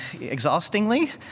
exhaustingly